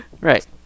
Right